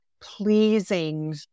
pleasing